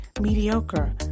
mediocre